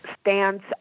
stance